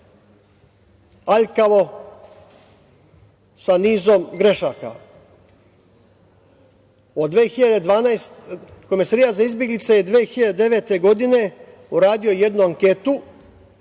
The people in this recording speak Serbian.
aljkavo, sa nizom grešaka. Komesarijat za izbeglice je 2009. godine uradio jednu anketu,